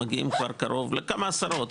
מגיעים כבר קרוב לכמה עשרות.